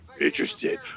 Interested